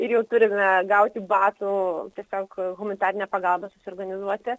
ir jau turime gauti batų tiesiog humanitarinę pagalbą susiorganizuoti